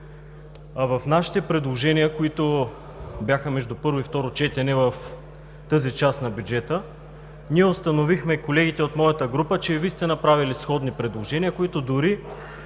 В нашите предложения, които бяха между първо и второ четене, в тази част на бюджета, ние с колегите от моята група установихме, че и Вие сте направили сходни предложения, които дори